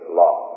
law